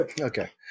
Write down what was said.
okay